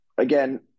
again